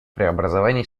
преобразований